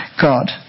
God